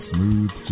Smooth